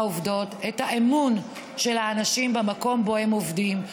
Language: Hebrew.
את האמון של האנשים במקום שבו הם עובדים.